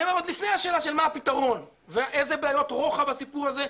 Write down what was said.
אני אומר שעוד לפני השאלה של מה הפתרון ואיזה בעיות רוחב הסיפור הזה,